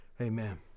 Amen